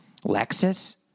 Lexus